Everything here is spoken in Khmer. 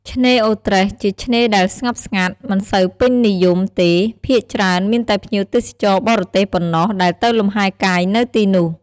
ឆ្នេរអូរត្រេស ជាឆ្នេរដែលស្ងប់ស្ងាត់ មិនសូវពេញនិយមទេភាគច្រើនមានតែភ្ញៀវទេសចរបរទេសប៉ុណ្ណោះដែលទៅលំហែកាយនៅទីនោះ។